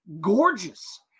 gorgeous